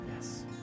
Yes